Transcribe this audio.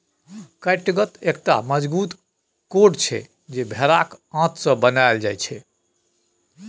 कैटगत एकटा मजगूत कोर्ड छै जे भेराक आंत सँ बनाएल जाइ छै